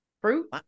Fruit